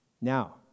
Now